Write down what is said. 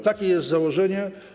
Takie jest założenie.